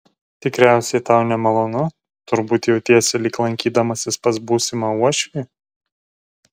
tikriausiai tau nemalonu turbūt jautiesi lyg lankydamasis pas būsimą uošvį